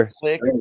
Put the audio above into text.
click